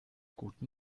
guten